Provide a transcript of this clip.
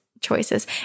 choices